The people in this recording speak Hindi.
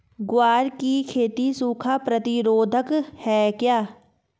ग्वार की खेती सूखा प्रतीरोधक है क्या?